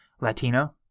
Latino